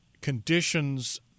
conditions